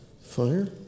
fire